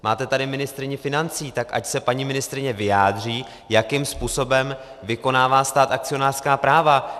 Máte tady ministryni financí, tak ať se paní ministryně vyjádří, jakým způsobem vykonává stát akcionářská práva.